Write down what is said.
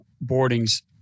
boardings